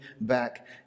back